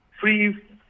free